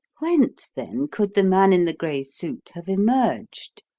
whence, then, could the man in the grey suit have emerged?